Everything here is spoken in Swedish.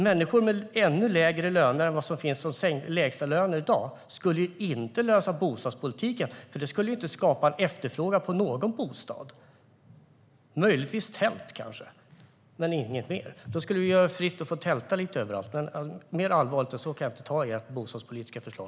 Människor med ännu lägre löner än vad som finns som lägstalöner i dag skulle inte lösa bostadspolitiken. Det skulle inte skapa en efterfrågan på någon bostad, möjligtvis tält kanske men inget mer. Då skulle vi få göra det fritt att tälta lite grann överallt. Mer allvarligt än så kan jag inte ta ert bostadspolitiska förslag.